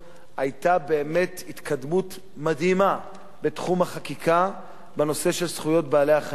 היתה באמת התקדמות מדהימה בתחום החקיקה בנושא של זכויות בעלי-החיים.